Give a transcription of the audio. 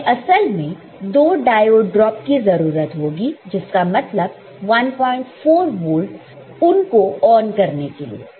तो हमें असल में दो डायोड ड्रॉप की जरूरत होगी जिसका मतलब 14 वोल्ट उनको ऑन करने के लिए